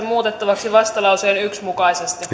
muutettavaksi vastalauseen yksi mukaisesti